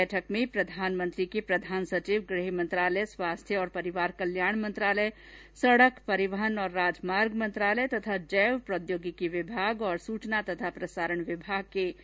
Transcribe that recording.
बैठक में प्रधानमंत्री के प्रधान सचिव गृह मंत्रालय स्वास्थ्य और परिवार कल्याण मंत्रालय सडक परिवहन और राजमार्ग मंत्रालय तथा जैव प्रौद्योगिकी विभाग तथा सूचना और प्रसारण विभाग के सचिव शामिल हुए